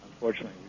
unfortunately